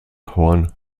horn